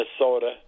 Minnesota